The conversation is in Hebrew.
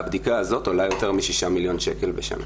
והבדיקה הזאת עולה יותר משישה מיליון שקל בשנה.